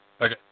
Okay